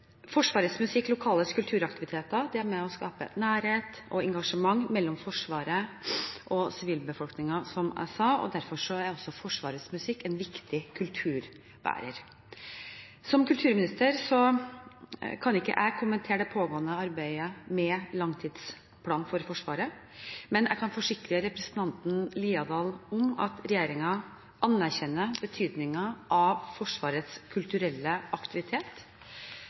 Forsvarets musikks lokale musikkaktiviteter er – som jeg sa – med på å skape nærhet og engasjement mellom Forsvaret og sivilbefolkningen, derfor er også Forsvarets musikk en viktig kulturbærer. Som kulturminister kan jeg ikke kommentere det pågående arbeidet med langtidsplanen for Forsvaret, men jeg kan forsikre representanten Haukeland Liadal om at regjeringen anerkjenner betydningen av Forsvarets kulturelle aktivitet.